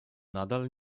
nadal